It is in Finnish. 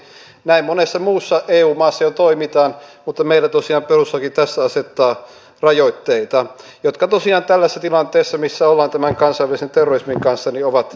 näin monessa muussa eu maassa jo toimitaan mutta meillä tosiaan perustuslaki tässä asettaa rajoitteita jotka tällaisessa tilanteessa missä ollaan tämän kansainvälisen terrorismin kanssa tekemisissä ovat ongelmallisia